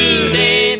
Today